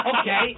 Okay